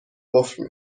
قفل